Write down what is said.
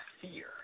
fear